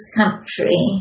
country